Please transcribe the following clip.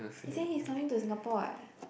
he said he's coming to Singapore what